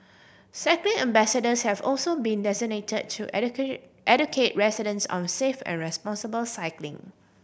cycling ambassadors have also been designate to educate residents on safe and responsible cycling